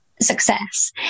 success